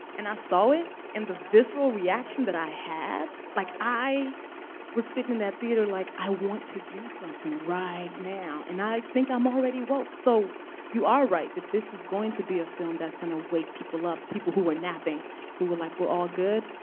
and i saw it. and the visceral reaction that i had like i was sitting in that theater like, i want to do something right now. and i think i'm already woke. so you are right, that this is going to be a film that's going to wake people up people who were napping who were like, we're all good.